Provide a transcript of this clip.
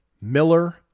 Miller